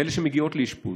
הן אלה שמגיעות לאשפוז.